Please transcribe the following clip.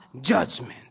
judgment